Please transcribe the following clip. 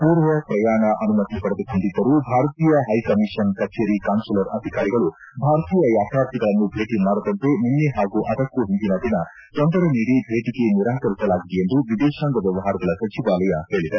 ಪೂರ್ವ ಪ್ರಯಾಣ ಅನುಮತಿ ಪಡೆದುಕೊಂಡಿದ್ದರೂ ಭಾರತೀಯ ಹೈಕಮೀಷನ್ನ ಕಚೇರಿ ಕಾನ್ಸುಲರ್ ಅಧಿಕಾರಿಗಳು ಭಾರತೀಯ ಯಾತ್ರಾರ್ಥಿಗಳನ್ನು ಭೇಟಿ ಮಾಡದಂತೆ ನಿನ್ನೆ ಹಾಗೂ ಅದಕ್ಕೂ ಹಿಂದಿನದಿನ ತೊಂದರೆ ನೀಡಿ ಭೇಟಗೆ ನಿರಾಕರಿಸಲಾಗಿದೆ ಎಂದು ವಿದೇಶಾಂಗ ಮ್ಲವಹಾರಗಳ ಸಚಿವಾಲಯ ಹೇಳಿದೆ